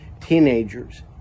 teenagers